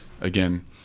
again